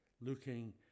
looking